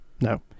No